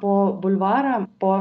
po bulvarą po